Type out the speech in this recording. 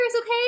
okay